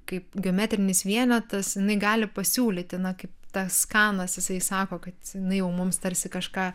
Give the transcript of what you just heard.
kaip geometrinis vienetas jinai gali pasiūlyti na kaip tas kanas jisai sako kad jinai jau mums tarsi kažką